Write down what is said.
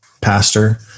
pastor